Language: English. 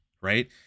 Right